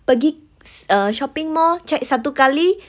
pergi err shopping mall check satu kali